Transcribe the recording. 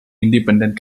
independent